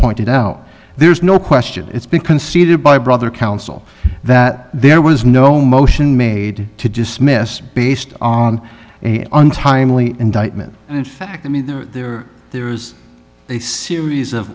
pointed out there's no question it's been conceded by brother counsel that there was no motion made to dismiss based on a untimely indictment and in fact i mean there are there is a series of